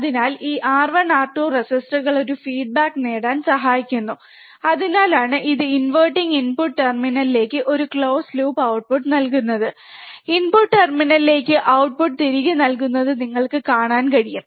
അതിനാൽ ഈ R1 R2 റെസിസ്റ്ററുകൾ ഒരു ഫീഡ്ബാക്ക് നേടാൻ സഹായിക്കുന്നു അതിനാലാണ് ഇത് ഇൻവെർട്ടിംഗ് ഇൻപുട്ട് ടെർമിനലിലേക്ക് ഒരു ക്ലോസ് ലൂപ്പ് ഔട്ട്പുട്ട് നൽകുന്നത് ഇൻപുട്ട് ടെർമിനലിലേക്ക് ഔട്ട്പുട്ട് തിരികെ നൽകുന്നത് നിങ്ങൾക്ക് കാണാൻ കഴിയും